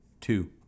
Two